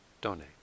donate